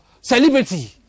celebrity